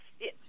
Yes